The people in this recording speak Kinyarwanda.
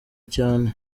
cyane